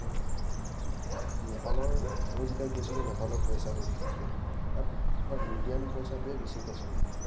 আৰু নেপালৰ আমি যেতিয়া গৈছিলোঁ নেপালৰ পইচাটো বিশেষকৈ তাত আমাৰ ইণ্ডিয়ান পইচাটোৱে বেছিকৈ চলে